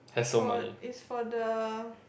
for is for the